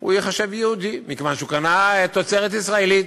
הוא ייחשב יהודי, מכיוון שהוא קנה תוצרת ישראלית,